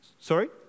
sorry